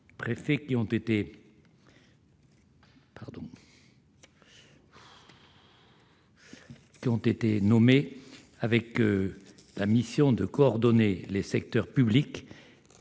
qui ont été nommés avec la mission de coordonner les secteurs publics